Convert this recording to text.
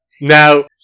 Now